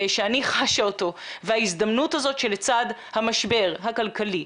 שאני חשה בו וההזדמנות הזאת שלצד המשבר הכלכלי,